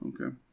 Okay